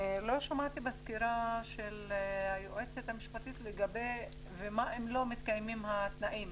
לא שמעתי בסקירה של היועצת המשפטי לגבי מה אם לא מתקיימים התנאים,